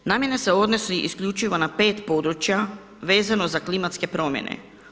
Namjena se odnosi isključivo na pet područja vezano za klimatske promjene.